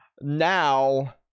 now